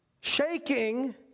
Shaking